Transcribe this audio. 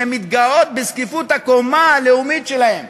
שמתגאות בזקיפות הקומה הלאומית שלהן,